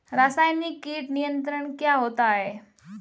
रसायनिक कीट नियंत्रण क्या होता है?